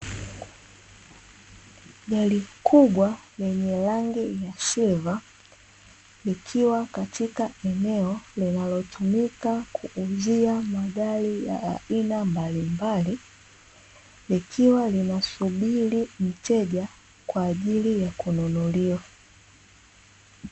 Gari kubwa lenye rangi ya silva, likiwa katika eneo linalotumika kuuzia magari ya aina mbalimbali, likiwa linasubiri mteja kwa ajili ya kununuliwa.